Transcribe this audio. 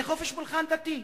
זה חופש פולחן דתי.